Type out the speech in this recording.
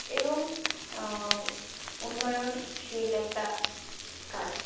এবং উন্নয়নশীল একটা কাজ